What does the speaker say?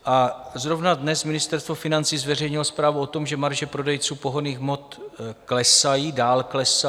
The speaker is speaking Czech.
A zrovna dnes Ministerstvo financí zveřejnilo zprávu o tom, že marže prodejců pohonných hmot klesají, dál klesají.